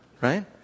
right